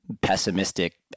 pessimistic